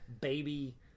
baby